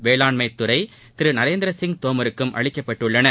வேளாண்மை துறை திரு நரேந்திரசிங் தோமருக்கும் அளிக்கப்பட்டுள்ளன